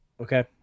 Okay